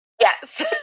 Yes